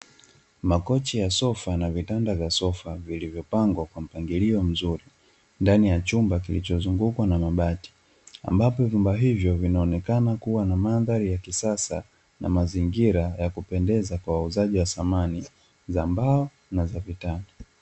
Makochi ya sofa na vitanda vya sofa vilivyopangwa kwa mpagilio mzuri ndani ya chumba kilichozungukwa na mabati ambapo vyumba hivyo vinaonekana kua na mandhari ya kisasa na mazingira ya kupendeza kwa wauzaji wa samani za mbao na za vitanda.